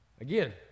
again